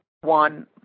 one